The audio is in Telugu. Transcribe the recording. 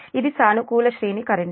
ఇది సానుకూల శ్రేణి కరెంట్